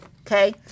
okay